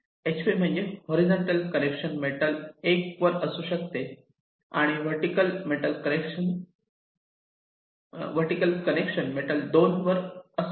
HV म्हणजे horizontal connection metal 1 वर असते आणि वर्टीकल कनेक्शन मेटल 2 वर असते